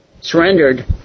surrendered